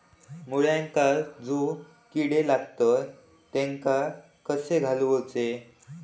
मुळ्यांका जो किडे लागतात तेनका कशे घालवचे?